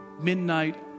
midnight